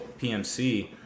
PMC